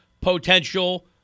potential